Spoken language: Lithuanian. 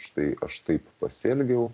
štai aš taip pasielgiau